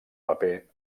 paper